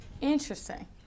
Interesting